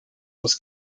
was